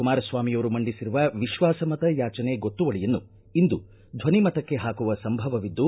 ಕುಮಾರಸ್ವಾಮಿಯವರು ಮಂಡಿಸಿರುವ ವಿಶ್ವಾಸ ಮತ ಯಾಚನೆ ಗೊತ್ತುವಳಿಯನ್ನು ಇಂದು ಧ್ವನಿ ಮತಕ್ಕೆ ಹಾಕುವ ಸಂಭವವಿದ್ದು